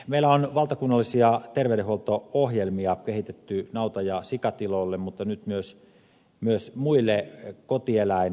meillä on valtakunnallisia terveydenhuolto ohjelmia kehitetty nauta ja sikatiloille mutta nyt myös muille kotieläintiloille